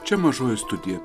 čia mažoji studija